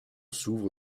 s’ouvre